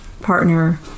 partner